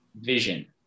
vision